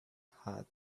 had